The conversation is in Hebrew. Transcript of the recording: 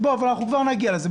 כבר נגיע לזה.